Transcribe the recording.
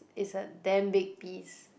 it's a damn big piece